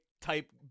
type